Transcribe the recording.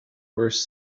worse